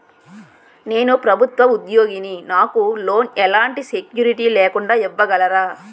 నేను ప్రభుత్వ ఉద్యోగిని, నాకు లోన్ ఎలాంటి సెక్యూరిటీ లేకుండా ఇవ్వగలరా?